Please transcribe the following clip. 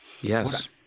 Yes